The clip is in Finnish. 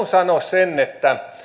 sanoa sen että tiedän että